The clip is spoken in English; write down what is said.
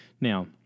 Now